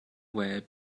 web